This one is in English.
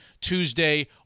Tuesday